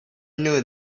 knew